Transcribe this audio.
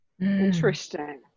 Interesting